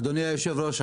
אדוני היושב-ראש,